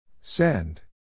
Send